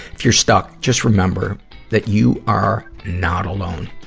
if you're stuck, just remember that you are not alone.